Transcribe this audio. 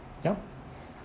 yup